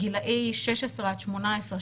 גילי 16 עד 18,